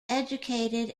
educated